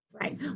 Right